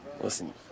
Listen